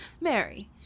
Mary